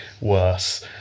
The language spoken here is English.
worse